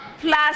plus